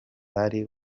bari